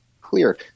clear